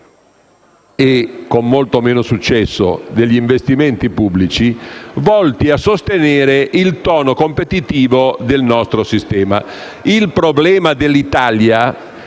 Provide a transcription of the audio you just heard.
e, con molto meno successo, quello degli investimenti pubblici volti a sostenere il tono competitivo del nostro sistema. Il problema dell'Italia,